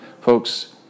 Folks